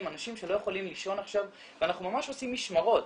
אנשים שלא יכולים לישון עכשיו ואנחנו ממש עושים משמרות,